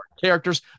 characters